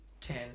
ten